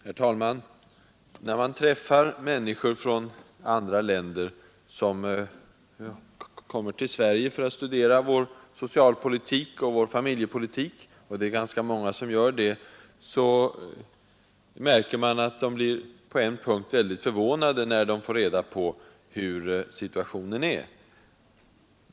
Herr talman! När man träffar människor från andra länder som kommer till Sverige för att studera vår socialpolitik och vår familjepolitik — det är ganska många som gör det — märker man att de blir förvånade när de får reda på hur situationen är på en punkt.